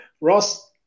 Ross